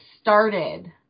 started